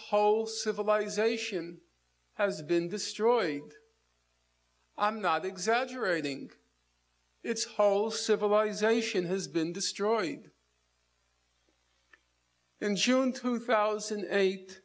whole civilization has been destroyed i'm not exaggerating its whole civilization has been destroyed in june two thousand and eight